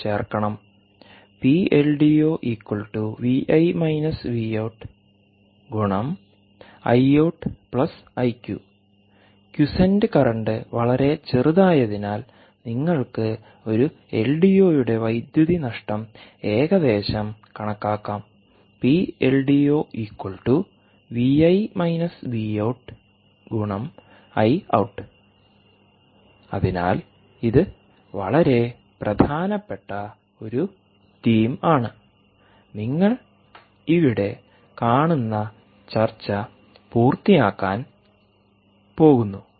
PLDO Iout Iq P L D O V I V out I out I Q quiescent current വളരെ ചെറുതായതിനാൽ നിങ്ങൾക്ക് ഒരു എൽഡിഒയുടെ വൈദ്യുതി നഷ്ടം ഏകദേശം കണക്കാക്കാം PLDO Iout P L D O V I V out I out അതിനാൽ ഇത് വളരെ പ്രധാനപ്പെട്ട ഒരു തീം ആണ് നിങ്ങൾ ഇവിടെ കാണുന്ന ചർച്ച പൂർത്തിയാക്കാൻ പോകുന്നു